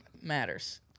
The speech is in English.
matters